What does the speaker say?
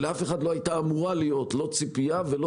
לאף אחד לא הייתה אמורה להיות לא ציפייה ולא